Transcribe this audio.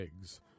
eggs